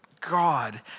God